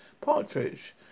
partridge